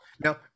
Now